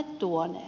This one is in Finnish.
hyvä asia